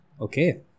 okay